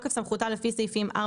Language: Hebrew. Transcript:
בתוקף סמכותה לפי סעיפים 4,